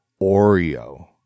Oreo